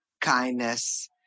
kindness